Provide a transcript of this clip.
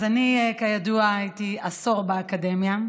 כידוע, אני הייתי עשור באקדמיה.